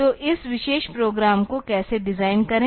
तो इस विशेष प्रोग्राम को कैसे डिजाइन करें